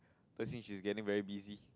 Le Xing she's getting very busy